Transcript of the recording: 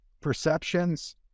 perceptions